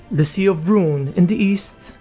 the sea of rhun in the east,